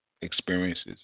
experiences